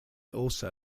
also